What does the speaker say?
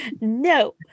no